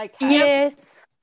Yes